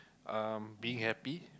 um being happy